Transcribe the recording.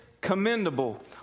commendable